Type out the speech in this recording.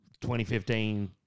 2015